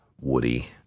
Woody